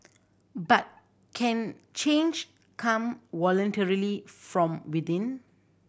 but can change come voluntarily from within